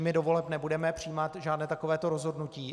My do voleb nebudeme přijímat žádné takovéto rozhodnutí.